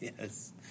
yes